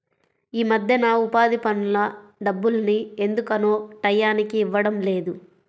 యీ మద్దెన ఉపాధి పనుల డబ్బుల్ని ఎందుకనో టైయ్యానికి ఇవ్వడం లేదు